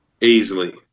easily